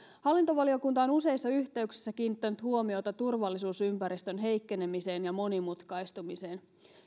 hallintovaliokunta on useissa yhteyksissä kiinnittänyt huomiota turvallisuusympäristön heikkenemiseen ja monimutkaistumiseen